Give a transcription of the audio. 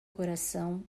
coração